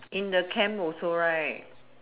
in the camp also right